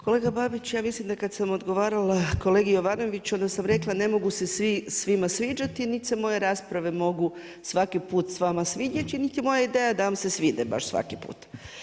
Kolega Babić ja mislim da kada sam odgovarala kolegi Jovanoviću onda sam rekla ne mogu se svi svima sviđati, niti se moje rasprave mogu svaki puta vama svidjeti, niti je moja ideja da vam se svide baš svaki put.